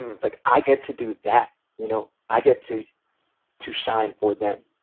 it's like, i get to do that, you know. i get to to shine for them.